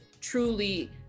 truly